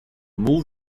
move